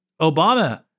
Obama